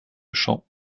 chant